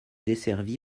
desservi